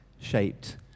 shaped